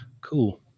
cool